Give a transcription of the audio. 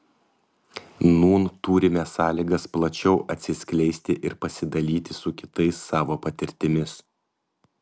nūn turime sąlygas plačiau atsiskleisti ir pasidalyti su kitais savo patirtimis